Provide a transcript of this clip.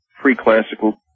pre-classical